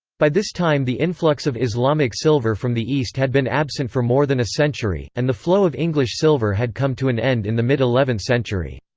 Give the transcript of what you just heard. by this time the influx of islamic silver from the east had been absent for more than a century, and the flow of english silver had come to an end in the mid eleventh century.